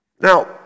Now